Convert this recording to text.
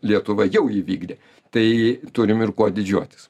lietuva jau įvykdė tai turim ir kuo didžiuotis